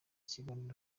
ikiganiro